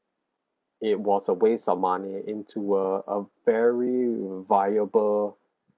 it was a waste of money into a a very reviable